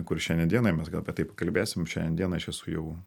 kur šiandien dienai mes gal apie tai pakalbėsim šiandien dieną aš esu jau